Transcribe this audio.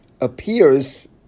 appears